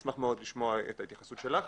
אשמח מאוד לשמוע את ההתייחסות שלך.